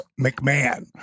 McMahon